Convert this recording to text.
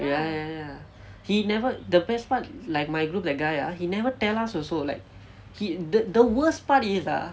ya ya ya he never the best part like my group that guy ah he never tell us also like he the the worst part is ah